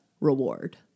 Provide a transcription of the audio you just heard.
reward